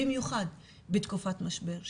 במיוחד בתקופת משבר,